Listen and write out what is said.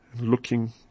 looking